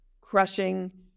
crushing